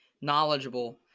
knowledgeable